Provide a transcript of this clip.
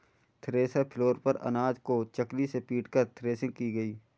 thresher floor पर अनाज को चकली से पीटकर थ्रेसिंग की गई